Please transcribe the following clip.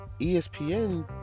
ESPN